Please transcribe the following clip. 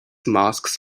masks